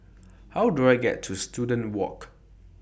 How Do I get to Student Walk